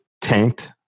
tanked